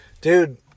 Dude